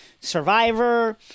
Survivor